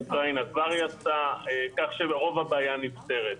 אוקראינה כבר יצאה, כך שרוב הבעיה נפתרת.